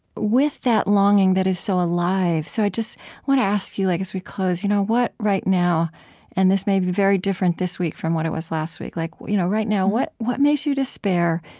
with that longing that is so alive, so i just want to ask you like as we close, you know what right now and this may be very different this week from what it was last week like you know right now what what makes you despair,